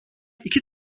iki